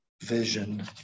vision